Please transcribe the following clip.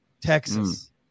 Texas